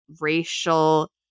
racial